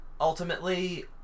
ultimately